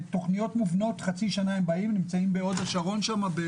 אלה תוכניות מובנות, הם באים לחצי שנה להוד השרון.